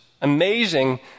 amazing